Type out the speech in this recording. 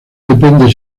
depende